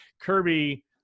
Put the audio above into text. Kirby